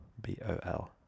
B-O-L